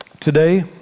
Today